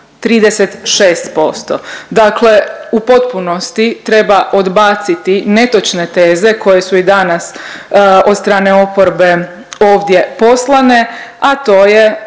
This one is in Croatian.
36%. Dakle u potpunosti treba odbaciti netočne teze koje su i danas od strane oporbe ovdje poslane, a to je